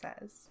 says